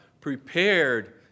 prepared